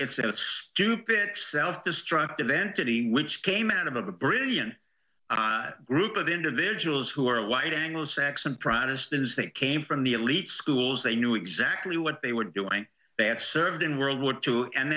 sort of stupak self destructive entity which came out of a brilliant group of individuals who are white anglo saxon protestant as they came from the elite schools they knew exactly what they were doing they had served in world war two and